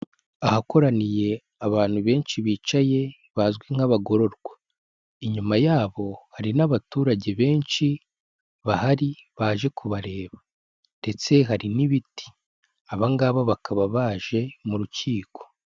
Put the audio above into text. Ahakoraniye abantu benshi bicaye bazwi nk'abagororwa. Inyuma yabo hari n'abaturage benshi bahari baje kubareba, ndetse hari n'ibiti. Aba ngaba bakaba baje mu rukiko.